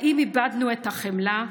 האם איבדנו את החמלה?